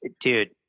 dude